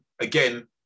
again